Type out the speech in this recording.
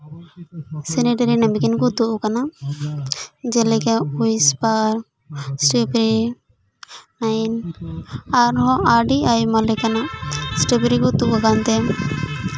sanitary napkin ᱠᱚ ᱛᱩᱫ ᱠᱟᱱᱟ ᱡᱮᱞᱮᱠᱟ ᱩᱭᱤᱥᱯᱟᱨ ᱥᱴᱮᱯᱷᱨᱤ ᱱᱟᱭᱤᱱ ᱟᱨᱦᱚᱸ ᱟᱹᱰᱤ ᱟᱭᱢᱟ ᱞᱮᱠᱟᱱᱟᱜ ᱥᱴᱮᱯᱷᱨᱤ ᱠᱚ ᱛᱩᱫ ᱟᱠᱟᱱ ᱛᱮ